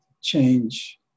change